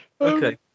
okay